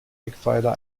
eckpfeiler